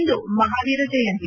ಇಂದು Mahavir ಜಯಂತಿ